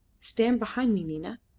stand behind me, nina.